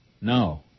No